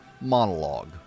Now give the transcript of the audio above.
monologue